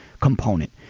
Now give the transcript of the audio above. component